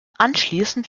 anschließend